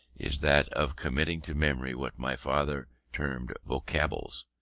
is that of committing to memory what my father termed vocables,